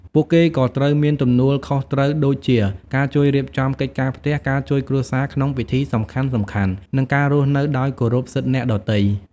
ពួកគេក៏ត្រូវមានទំនួលខុសត្រូវដូចជា ការជួយរៀបចំកិច្ចការផ្ទះ ការជួយគ្រួសារក្នុងពិធីសំខាន់ៗ និងការរស់នៅដោយគោរពសិទ្ធិអ្នកដទៃ។